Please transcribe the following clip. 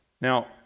Now